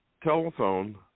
telephone